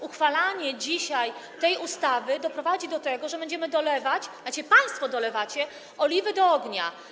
Uchwalanie dzisiaj tej ustawy doprowadzi do tego, że będziemy dolewać - tzn. państwo dolewacie - oliwy do ognia.